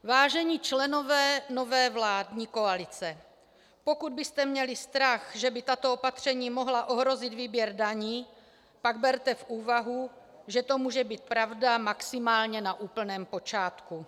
Vážení členové nové vládní koalice, pokud byste měli strach, že by tato opatření mohla ohrozit výběr daní, pak berte v úvahu, že to může být pravda maximálně na úplném počátku.